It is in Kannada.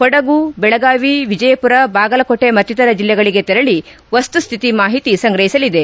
ಕೊಡಗು ಬೆಳಗಾವಿ ವಿಜಯಪುರ ಬಾಗಲಕೋಟೆ ಮಕ್ತಿತರ ಜಿಲ್ಲೆಗಳಗೆ ತೆರಳಿ ವಸ್ತುಸ್ತಿತಿ ಮಾಹಿತಿ ಸಂಗ್ರಹಿಸಲಿದೆ